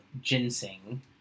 ginseng